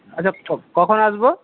আচ্ছা কখন আসবো